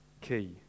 key